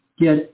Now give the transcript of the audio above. get